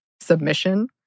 submission